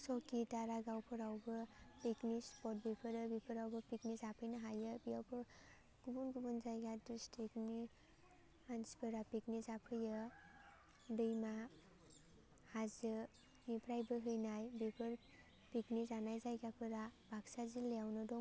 सौकि दारागावफोरावबो picnic spot बेफोरो बेफोरावबो पिकनिक जाफैनो हायो बेवबो गुबुन जायगा डिस्ट्रिकनि मानसिफोरा पिकनिक जाफैयो दैमा हाजोनिफ्राय बोहैनाय बेफोर पिकनिक जानाय जायगाफोरा बाक्सा जिल्लायावनो दङो